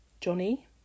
Johnny